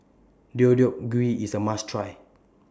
Deodeok Gui IS A must Try